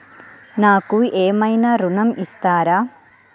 నాకు ఏమైనా ఋణం ఇస్తారా?